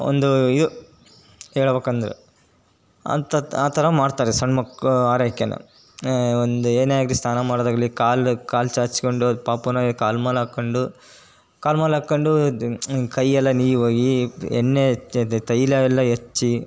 ಒಂದು ಇದು ಹೇಳಬೇಕೆಂದ್ರೆ ಅಂತ ಆ ಥರ ಮಾಡ್ತಾರೆ ಸಣ್ಣ ಮಕ್ಕಳ ಆರೈಕೆನ ಒಂದು ಏನೇ ಆಗಲಿ ಸ್ನಾನ ಮಾಡೋದಾಗಲಿ ಕಾಲು ಕಾಲ್ಚಾಚ್ಕೊಂಡು ಪಾಪುನ ಕಾಲ್ಮೇಲಾಕೊಂಡು ಕಾಲ್ಮೇಲಾಕೊಂಡು ಕೈಯ್ಯೆಲ್ಲ ನೀವು ಈ ಎಣ್ಣೆ ತೈಲವೆಲ್ಲ ಹಚ್ಚಿ